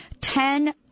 Ten